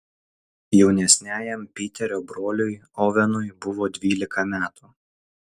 jaunesniajam piterio broliui ovenui buvo dvylika metų